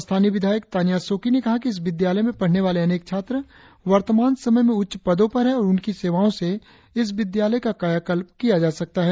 स्थानीय विधायक तानिया सोकी ने कहा कि इस विद्यालय में पढ़ने वाले अनेक छात्र वर्तमान समय में उच्च पदों पर है और उनकी सेवाओ से इस विद्यालय का कायाकल्प किया जा सकता है